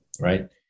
right